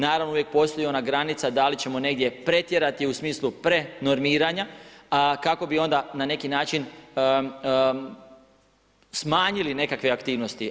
Naravno uvijek postoji ona granica da li ćemo negdje pretjerati u smislu prenormiranja kako bi onda na neki način smanjili nekakve aktivnosti.